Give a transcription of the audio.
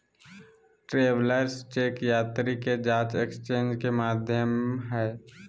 travellers cheque यात्री के जांच एक्सचेंज के माध्यम हइ